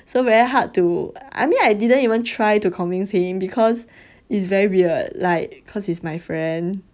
so very hard to I mean I didn't even try to convince him because it's very weird like cause it's my friend